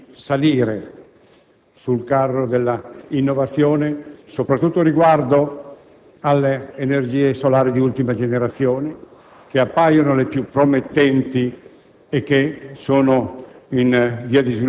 Registriamo una ripresa della ricerca e dell'innovazione in questo settore e disponiamo di tecnologie nuovissime. Ho indicato la necessità di salire